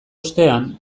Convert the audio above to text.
ostean